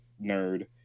nerd